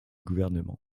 gouvernement